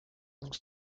onze